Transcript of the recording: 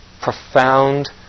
profound